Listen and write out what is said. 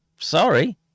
Sorry